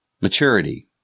Maturity